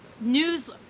news